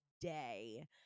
Day